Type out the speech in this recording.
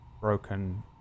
broken